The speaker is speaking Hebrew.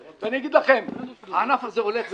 ואני אגיד לכם, הענף הזה הולך ומתקדם.